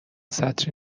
سطری